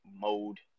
mode